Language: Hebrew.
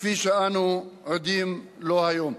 כפי שאנו עדים לו היום.